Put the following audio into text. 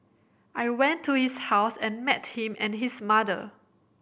I went to his house and met him and his mother